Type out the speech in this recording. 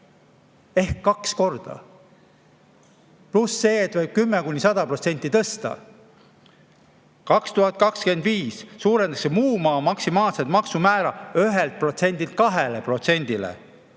ehk kaks korda. Pluss see, et võib 10–100% tõsta. 2025 suurendatakse muu maa maksimaalset maksumäära 1%-lt